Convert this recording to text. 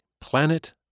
Planet